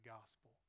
gospel